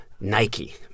Nike